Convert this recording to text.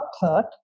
hurt